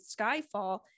Skyfall